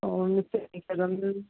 ഓ മിസ്സെ എനിക്കതൊന്ന്